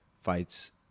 fights